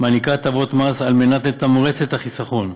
מעניקה הטבות מס על מנת לתמרץ את החיסכון.